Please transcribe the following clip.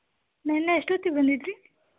ನೆನ್ನೆ ಎಷ್ಟೊತ್ತಿಗೆ ಬಂದಿದ್ದಿರಿ